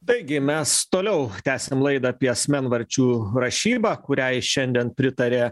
taigi mes toliau tęsiam laidą apie asmenvardžių rašybą kuriai šiandien pritarė